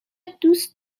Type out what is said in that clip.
دوست